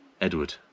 Edward